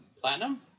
platinum